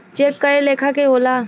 check कए लेखा के होला